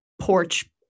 porch